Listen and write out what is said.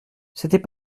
c’était